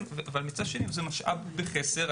מצד שני זה משאב בחסר.